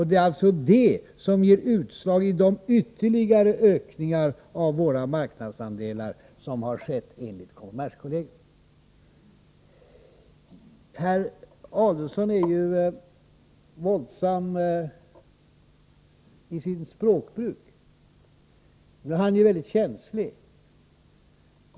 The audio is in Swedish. Det är det som ger utslag i de ytterligare ökningar av våra marknadsandelar som skett — detta enligt kommerskollegium. Herr Adelsohn är våldsam i sitt språkbruk — nu är han ju väldigt känslig.